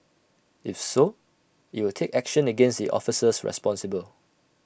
if so IT will take action against the officers responsible